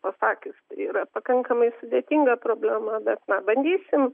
pasakius yra pakankamai sudėtinga problema bet na pabandysim